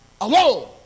alone